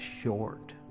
short